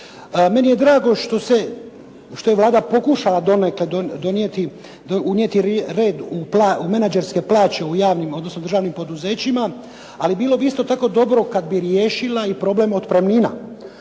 Meni je drago što je Vlada pokušala donekle donijeti, unijeti red u menadžerske plaće u javnim, odnosno državnim poduzećima, ali bilo bi isto tako dobro kad bi riješila i problem otpremnina.